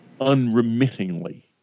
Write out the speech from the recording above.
unremittingly